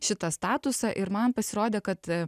šitą statusą ir man pasirodė kad